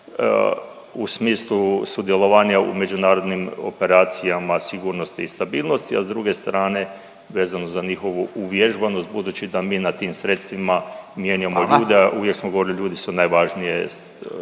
u smislu sudjelovanja u međunarodnim operacijama sigurnosti i stabilnosti, a s druge strane, vezano za njihovu uvježbanost, budući da mi na tim sredstvima mijenjamo ljude … .../Upadica: Hvala./... uvijek smo govorili, ljudi su najvažnije,